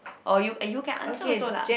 oh you you can answer also lah